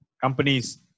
companies